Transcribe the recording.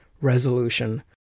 resolution